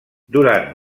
durant